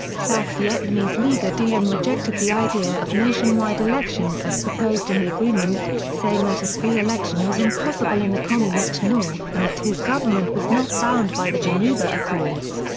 south vietnamese leader diem rejected the idea of nationwide election as proposed in the agreement, saying that a free election was impossible in the communist north and that his government was not bound by the geneva accords.